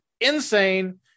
Insane